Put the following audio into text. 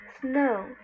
snow